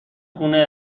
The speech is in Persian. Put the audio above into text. خونه